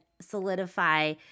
solidify